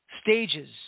stages